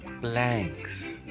blanks